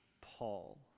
Paul